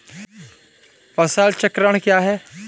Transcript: फसल चक्रण क्या है?